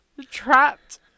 trapped